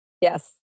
Yes